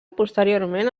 posteriorment